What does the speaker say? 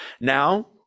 Now